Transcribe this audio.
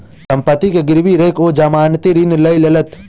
सम्पत्ति के गिरवी राइख ओ जमानती ऋण लय लेलैथ